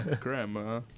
Grandma